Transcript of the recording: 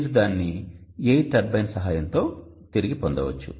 మీరు దానిని air turbine సహాయంతో తిరిగి పొందవచ్చు